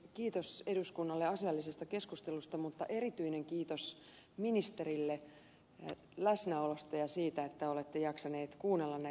kiitos eduskunnalle asiallisesta keskustelusta mutta erityinen kiitos ministerille läsnäolosta ja siitä että olette jaksanut kuunnella näitä puheenvuoroja